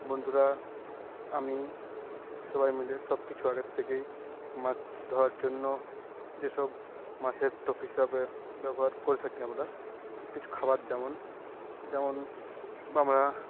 বন্ধুরা আমি সবাই মিলে সব কিছু আগের থেকেই মাছ ধরার জন্য যেসব মাছের টোপ হিসাবে ব্যবহার করে থাকি আমরা কিছু খাবার যেমন যেমন আমরা